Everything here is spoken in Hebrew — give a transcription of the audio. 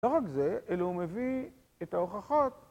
לא רק זה, אלא הוא מביא את ההוכחות...